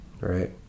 Right